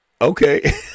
okay